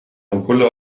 ampulle